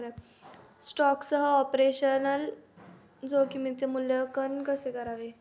स्टॉकसह ऑपरेशनल जोखमीचे मूल्यांकन कसे करावे?